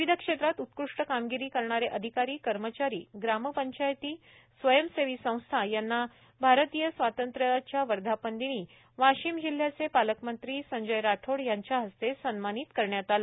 विविध क्षेत्रात उत्कृष्ट कामगिरी करणारे अधिकारी कर्मचारी ग्रामपंचायती स्वयंसेवी संस्था यांना भारतीय स्वातंत्र्याच्या वर्धापनदिनी वाशिम जिल्ह्याचे पालकमंत्री संजय राठोड यांच्या हस्ते सन्मानित करण्यात आले